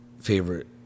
favorite